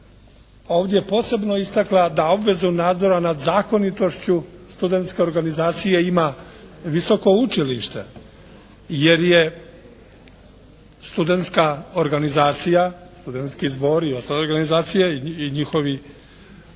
ovdje posebno istakla da obvezu nadzora nad zakonitošću studenske organizacije ima visoko učilište. Jer je studenska organizacija, studenski zbor i ostale organizacije i njihovi akti